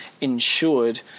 insured